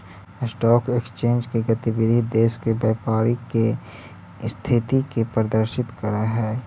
stock exchange के गतिविधि देश के व्यापारी के स्थिति के प्रदर्शित करऽ हइ